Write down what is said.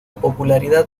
popularidad